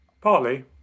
Partly